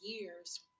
years